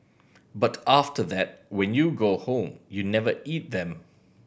but after that when you go home you never eat them